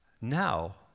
Now